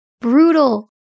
Brutal